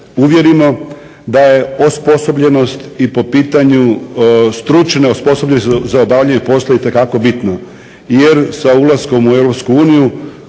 uvjerimo da je osposobljenost i po pitanju stručne osposobljenosti za obavljanje posla itekako bitno, jer sa ulaskom u EU